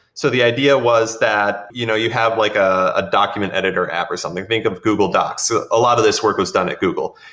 so the idea was that you know you have like a document editor app or something, think of google docs. ah a lot of this work was done at google.